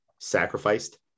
sacrificed